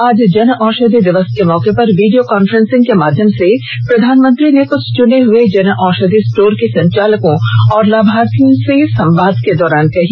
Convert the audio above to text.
आज जनऔषधि दिवस के मौके पर वीडियो कांफ्रेंस के माध्यम से प्रधानमंत्री ने कुछ चुने हुए जनऔषधि स्टोर के संचालकों और लाभार्थियों से संवाद दौरान कही